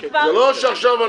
נכון, זה כבר פורסם.